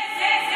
נכון.